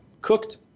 cooked